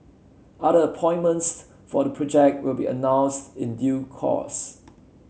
other appointments for the project will be announced in due course